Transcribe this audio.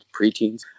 preteens